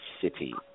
City